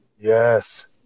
Yes